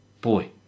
Boy